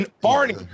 Barney